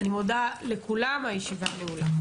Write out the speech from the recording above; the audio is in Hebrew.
אני מודה לכולם, הישיבה נעולה.